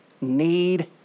need